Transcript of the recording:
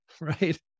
right